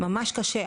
ממש קשה,